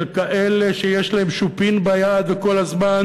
של כאלה שיש להם שופין ביד וכל הזמן